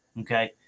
Okay